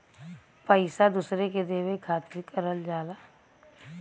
पइसा दूसरे के देवे खातिर करल जाला